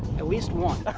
at least one.